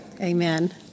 amen